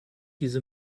diese